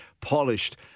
polished